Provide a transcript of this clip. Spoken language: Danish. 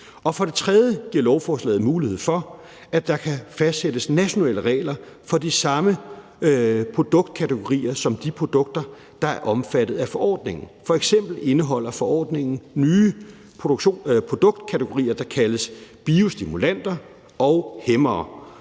For det tredje giver lovforslaget mulighed for, at der kan fastsættes nationale regler for de samme produktkategorier som de produkter, der er omfattet af forordningen. Forordningen indeholder f.eks. nye produktkategorier, der kaldes biostimulanter og hæmmere.